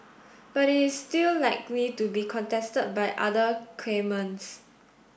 but it is still likely to be contested by other claimants